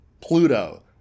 Pluto